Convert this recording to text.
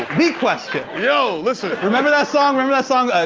the question. yo, listen. remember that song? remember that song?